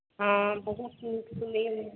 हँ बहुत नीक सुनयमे